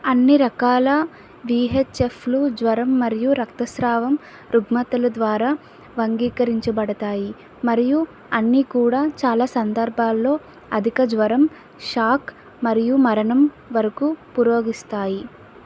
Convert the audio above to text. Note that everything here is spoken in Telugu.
అన్ని రకాల విఎచ్ఎఫ్లు జ్వరం మరియు రక్తస్రావం రుగ్మతల ద్వారా వర్గీరించబడతాయి మరియు అన్నీ కూడా చాలా సందర్భాలలో అధిక జ్వరం షాక్ మరియు మరణం వరకు పురోగిస్తాయి